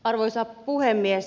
arvoisa puhemies